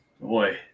boy